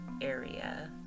area